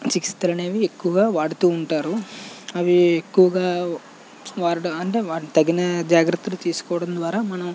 చికిత్సలనేవి ఎక్కువగా వాడుతూ ఉంటారు అవి ఎక్కువగా వాడడం అంటే వాటికి తగిన జాగ్రత్తలు తీసుకోవడం ద్వారా మనం